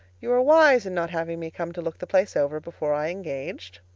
you were wise in not having me come to look the place over before i engaged.